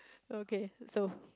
okay so